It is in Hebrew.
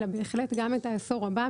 אלא בהחלט גם את העשור הבא.